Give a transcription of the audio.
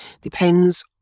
depends